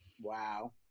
wow